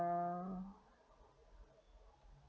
err